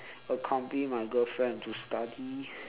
accompany my girlfriend to study